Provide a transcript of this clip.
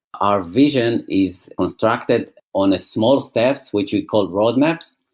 our vision is constructed on ah small steps, which we call roadmaps.